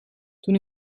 toen